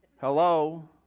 Hello